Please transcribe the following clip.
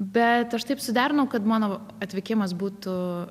bet aš taip suderinau kad mano atvykimas būtų